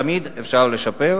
תמיד אפשר לשפר.